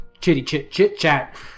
chitty-chit-chit-chat